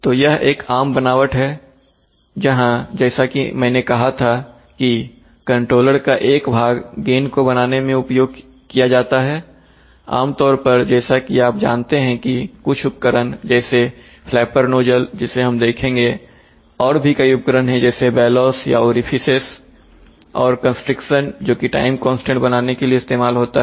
तो यह एक आम बनावट है जहां जैसा कि मैंने कहा था कि कंट्रोलर का एक भाग गेन को बनाने में उपयोग किया जाता है आमतौर पर जैसा कि आप जानते हैं कि कुछ उपकरण जैसे फ्लैपर नोजल जिसे हम देखेंगे और भी कई उपकरण हैं जैसे बेलौस या orifices और कंस्ट्रिक्शन जोकि टाइम कांस्टेंट को बनाने के लिए इस्तेमाल होता है